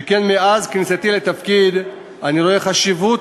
שכן מאז כניסתי לתפקיד אני רואה חשיבות